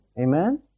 amen